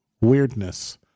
weirdness